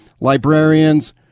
librarians